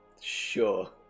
Sure